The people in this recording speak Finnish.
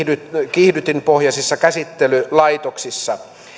kiihdytinpohjaisissa käsittelylaitoksissa